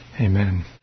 Amen